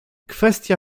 kwestia